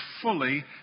fully